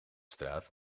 straat